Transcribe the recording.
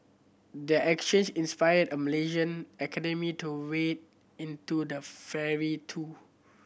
their exchange inspired a Malaysian academic to wade into the fray too